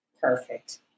Perfect